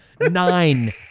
Nine